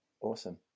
awesome